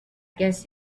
guess